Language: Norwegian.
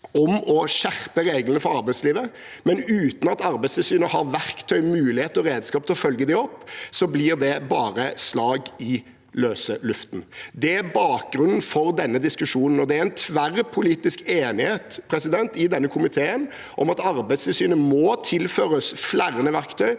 om å skjerpe reglene for arbeidslivet, men uten at Arbeidstilsynet har verktøy, mulighet og redskap til å følge dem opp, blir det bare slag i løse luften. Det er bakgrunnen for denne diskusjonen. Det er tverrpolitisk enighet i komiteen om at Arbeidstilsynet må tilføres flere verktøy,